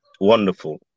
wonderful